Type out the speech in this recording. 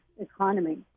economy